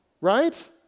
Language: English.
right